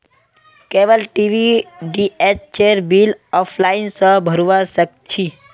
cable TV डीटीएचेर bill offline स भरवा सक छी